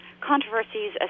controversies